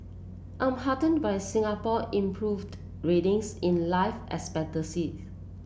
I'm heartened by Singapore improved ratings in life expectancy